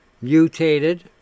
mutated